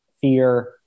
fear